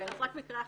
רק עוד מקרה אחרון,